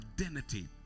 identity